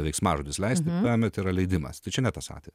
veiksmažodis leisti bet yra leidimas tai čia ne tas atvejis